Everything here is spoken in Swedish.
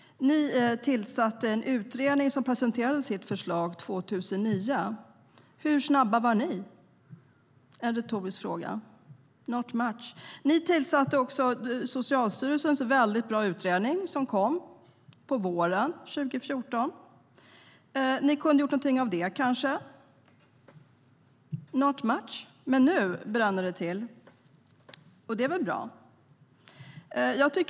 Ni tillsatte en utredning som presenterade sitt förslag 2009. Hur snabba var ni? Not much. Ni tillsatte också Socialstyrelsens utredning som kom med ett mycket bra betänkande våren 2014. Vad gjorde ni av den? Not much. Men nu bränner det till, och det är bra.